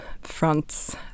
fronts